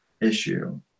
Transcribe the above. issue